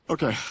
Okay